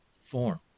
form